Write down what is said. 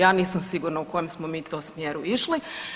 Ja nisam sigurna u kojem smo mi to smjeru išli.